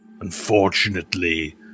Unfortunately